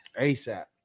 ASAP